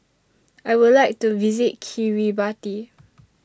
I Would like to visit Kiribati